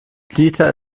dieter